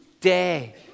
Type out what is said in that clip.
day